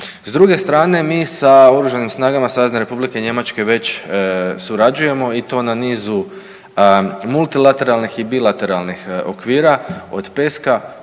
S druge strane mi sa oružanim snagama Savezne Republike Njemačke već surađujemo i to na nizu multilateralnih i bilateralnih okvira od PESK-a,